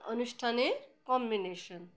অনুষ্ঠানের কম্বিনেশন